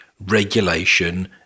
regulation